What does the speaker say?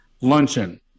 Luncheon